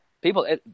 people